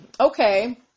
Okay